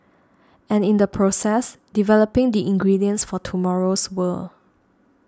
and in the process developing the ingredients for tomorrow's world